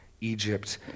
Egypt